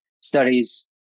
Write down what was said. studies